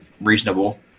reasonable